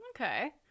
Okay